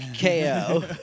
KO